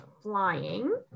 flying